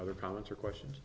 other comments or questions